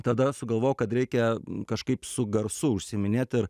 tada sugalvojau kad reikia kažkaip su garsu užsiiminėt ir